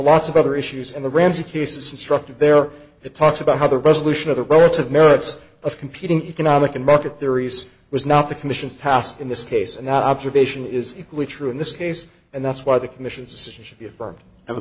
lots of other issues and the ramsey case it's instructive there it talks about how the resolution of the relative merits of competing economic and market theories was not the commission's task in this case and observation is equally true in this case and that's why the commission's decision should be affirmed and the